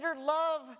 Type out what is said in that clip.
love